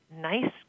nice